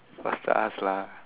faster ask lah